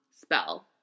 spell